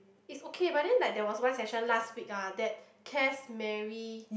it's okay but then like there was one session last week ah that Cass marry